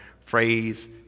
phrase